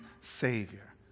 Savior